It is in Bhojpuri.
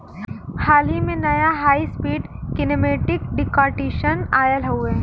हाल ही में, नया high speed kinematic decortication oil हउवे